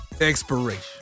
Expiration